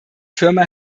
firma